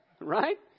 right